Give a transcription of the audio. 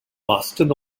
marston